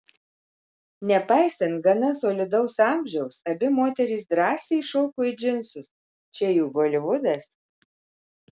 nepaisant gana solidaus amžiaus abi moterys drąsiai įšoko į džinsus čia juk holivudas